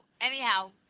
anyhow